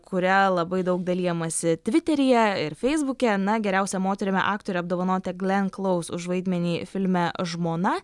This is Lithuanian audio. kuria labai daug dalijamasi tviteryje ir feisbuke na geriausia moterimi aktore apdovanota glen klous už vaidmenį filme žmona